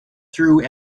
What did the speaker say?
through